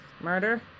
Murder